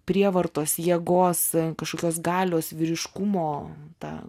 prievartos jėgos kažkokios galios vyriškumo tą